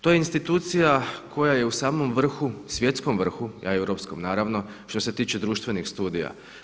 To je institucija koja je u samom vrhu, svjetskom vrhu, a i europskom naravno što se tiče društvenih studija.